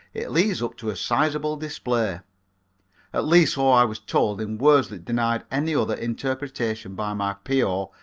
it leads up to a sizable display at least, so i was told in words that denied any other interpretation by my p o.